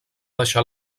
deixar